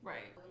Right